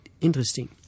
interesting